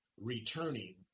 returning